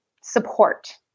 support